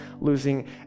losing